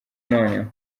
noneho